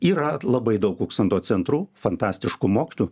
yra labai daug kuksando centrų fantastiškų mokytų